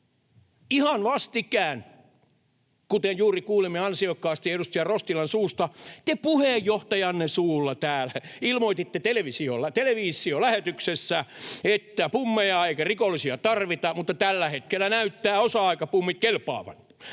Ihan vastikään, kuten juuri kuulimme ansiokkaasti edustaja Rostilan suusta, te puheenjohtajanne suulla täällä ilmoititte televisiolähetyksessä, ettei pummeja eikä rikollisia tarvita, mutta tällä hetkellä näyttävät osa-aikapummit kelpaavan.